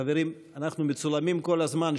חברים, אנחנו מצולמים כל הזמן.